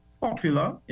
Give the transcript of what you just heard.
popular